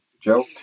joe